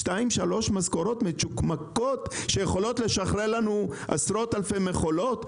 שתיים-שלוש משכורות מצ'וקמקות שיכולות לשחרר לנו עשרות אלפי מכולות,